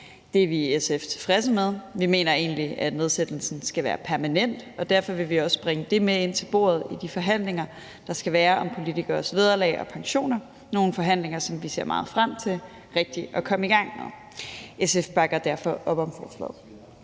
Det er vi i SF tilfredse med. Vi mener egentlig, at nedsættelsen skal være permanent, og derfor vil vi også bringe det med ind til bordet i de forhandlinger, der skal være, om politikeres vederlag og pensioner. Det er nogle forhandlinger, som vi ser meget frem til rigtig at komme i gang med. SF bakker derfor op om forslaget.